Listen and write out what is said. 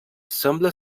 sembla